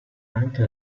anche